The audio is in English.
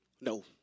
No